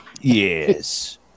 Yes